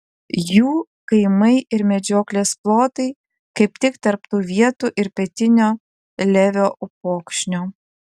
jų kaimai ir medžioklės plotai kaip tik tarp tų vietų ir pietinio levio upokšnio